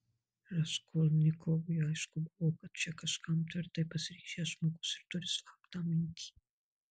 raskolnikovui aišku buvo kad čia kažkam tvirtai pasiryžęs žmogus ir turi slaptą mintį